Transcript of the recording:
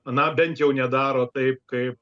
na bent jau nedaro taip kaip